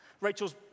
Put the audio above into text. Rachel's